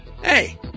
Hey